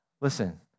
Listen